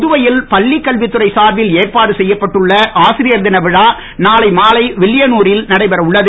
புதுவையில் பள்ளி கல்வித்துறை சார்பில் ஏற்பாடு செய்யப்பட்டுள்ள ஆசிரியர் தினவிழா நாளை மாலை வில்லியனூரில் நடைபெறவுள்ளது